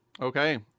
Okay